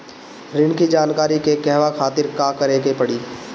ऋण की जानकारी के कहवा खातिर का करे के पड़ी?